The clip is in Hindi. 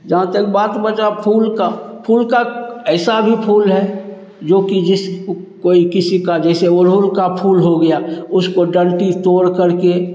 जहाँ तक बात बचा फूल का फूल का ऐसा भी फूल है जो कि जिस कोई किसी का जैसे ओढ़हूल का फूल हो गया उसको डंटी तोड़ करके